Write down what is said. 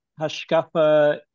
Hashkafa